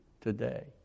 today